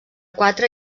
quatre